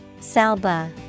Salba